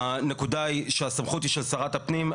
הנקודה היא שהסמכות היא של שרת הפנים,